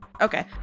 Okay